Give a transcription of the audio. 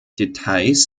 details